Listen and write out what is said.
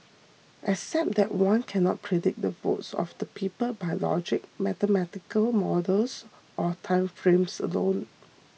except that one cannot predict the votes of the people by logic mathematical models or time frames alone